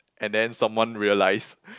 and then someone realise